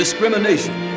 discrimination